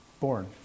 born